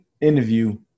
interview